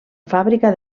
fàbrica